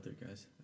guys